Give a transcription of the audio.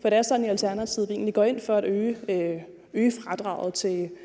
For det er sådan, at vi i Alternativet egentlig går ind for at øge fradraget på